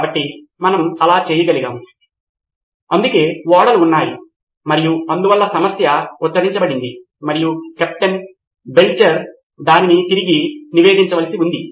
కాబట్టి మనము అలా చేయగలిగాము అందుకే ఓడలు ఉన్నాయి మరియు అందువల్ల సమస్య ఉచ్ఛరించబడింది మరియు కెప్టెన్ కెప్టెన్ బెల్చెర్ దానిని తిరిగి నివేదించవలసి ఉంది